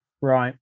Right